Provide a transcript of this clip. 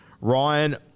ryan